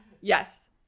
yes